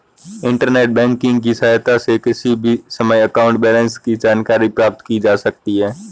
internet banking की सहायता से किसी भी समय अकाउंट बैलेंस की जानकारी प्राप्त की जा सकती है